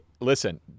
listen